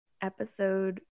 episode